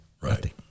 Right